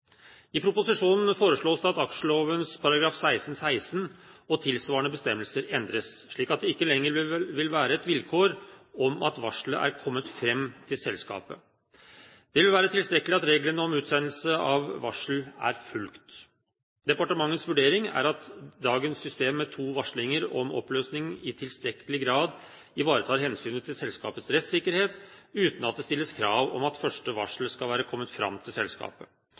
I proposisjonen foreslås det at aksjeloven § 16–16 og tilsvarende bestemmelser endres, slik at det ikke lenger vil være et vilkår at varsel er kommet fram til selskapet. Det vil være tilstrekkelig at reglene om utsendelse av varsel er fulgt. Departementets vurdering er at dagens system med to varslinger om oppløsning i tilstrekkelig grad ivaretar hensynet til selskapets rettssikkerhet, uten at det stilles krav om at første varsel skal være kommet fram til selskapet.